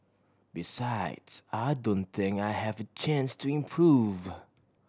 besides I don't think I have a chance to improve